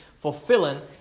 fulfilling